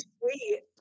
sweet